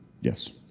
Yes